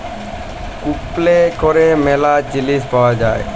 কুপলে ক্যরে ম্যালা জিলিস পাউয়া যায়